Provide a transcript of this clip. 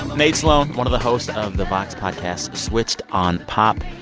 nate sloan, one of the hosts of the vox podcast switched on pop,